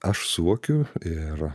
aš suvokiu ir